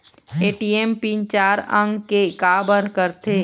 ATM pin चार अंक के का बर करथे?